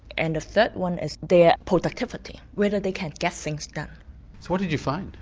and the third one is their productivity. whether they can get things done. so what did you find?